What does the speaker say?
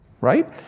right